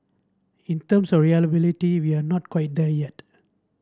in terms of reliability we are not quite there yet